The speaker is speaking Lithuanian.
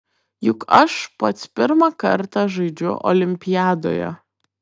juk aš pats pirmą kartą žaidžiu olimpiadoje